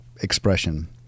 Expression